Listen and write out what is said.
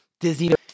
Disney